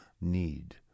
need